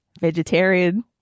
Vegetarian